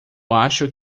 acho